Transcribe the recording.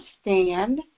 stand